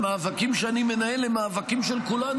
המאבקים שאני מנהל הם מאבקים של כולנו.